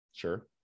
Sure